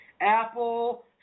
apple